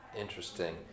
Interesting